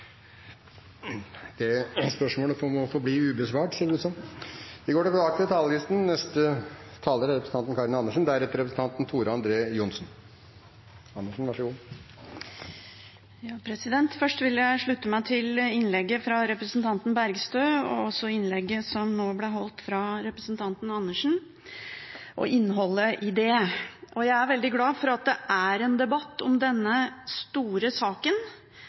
Det spørsmålet må forbli ubesvart ser det ut som. Replikkordskiftet er omme. Først vil jeg slutte meg til innlegget fra representanten Bergstø og også innlegget som nå ble holdt av representanten Andersen – og innholdet i dem. Jeg er veldig glad for at det er en debatt om denne store saken,